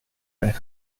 ben